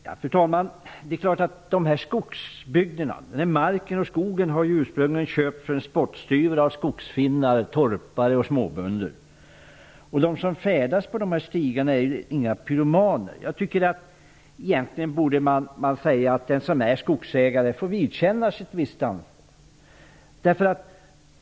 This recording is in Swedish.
Marken och skogen i dessa skogsbygder har en gång köpts för en spottstyver av skogsfinnar, torpare och småbönder. Dessutom är de som färdas på dessa stigar inga pyromaner. Egentligen borde man kunna säga att skogsägaren får lov att vidkännas ett visst ansvar. Fru talman!